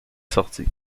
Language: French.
sortie